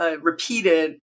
repeated